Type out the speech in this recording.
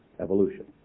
evolution